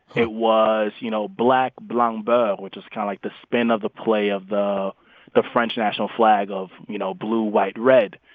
it was, you know, black, blanc, beur, which is kind of like the spin of the play of the the french national flag of, you know, blue, white, red,